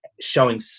showing